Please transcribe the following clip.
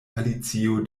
alicio